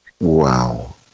wow